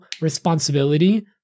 responsibility